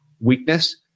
weakness